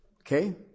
Okay